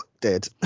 dead